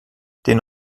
den